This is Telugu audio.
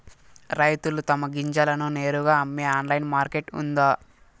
రైతులు తమ గింజలను నేరుగా అమ్మే ఆన్లైన్ మార్కెట్ ఉందా?